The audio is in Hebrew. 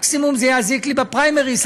מקסימום זה יזיק לי בפריימריז,